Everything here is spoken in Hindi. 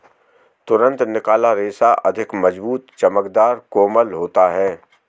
तुरंत निकाला रेशा अधिक मज़बूत, चमकदर, कोमल होता है